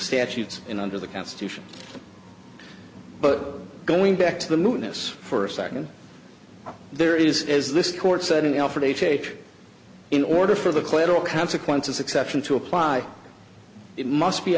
statutes and under the constitution but going back to the newness for a second there is is this court said an effort h h in order for the collateral consequences exception to apply it must be